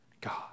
God